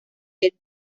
get